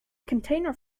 container